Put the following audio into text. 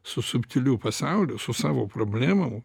su subtiliu pasauliu su savo problemom